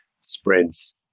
spreads